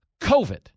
COVID